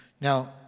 Now